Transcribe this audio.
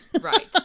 Right